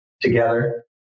together